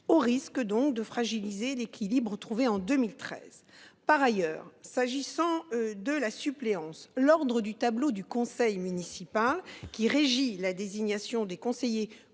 Au risque donc de fragiliser l'équilibre retrouvé en 2013 par ailleurs s'agissant de la suppléance l'Ordre du tableau du conseil municipal qui régit la désignation des conseillers